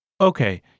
Okay